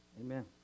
Amen